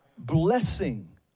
blessing